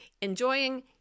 enjoying